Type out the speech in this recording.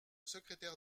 secrétaire